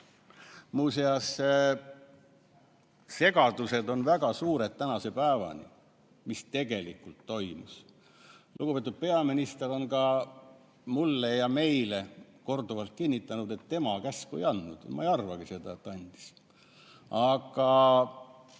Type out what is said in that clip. Muuseas, segadused on väga suured tänase päevani, et mis siis tegelikult toimus. Lugupeetud peaminister on ka mulle ja meile korduvalt kinnitanud, et tema käsku ei andnud. Ma ei arvagi seda, et andis, aga